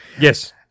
Yes